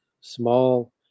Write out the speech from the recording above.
small